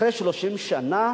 אחרי 30 שנה